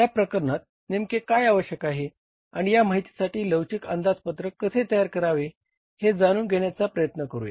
या प्रकरणात नेमके काय आवश्यक आहे आणि या माहितीसाठी लवचिक अंदाजपत्रक कसे तयार करावे हे जाणून घेण्याचा प्रयत्न करुया